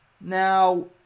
Now